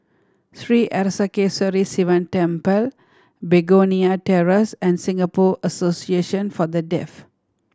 Sri Arasakesari Sivan Temple Begonia Terrace and Singapore Association For The Deaf